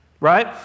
right